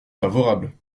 favorables